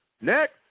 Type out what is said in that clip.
Next